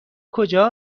کجا